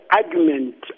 argument